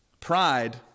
Pride